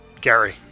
Gary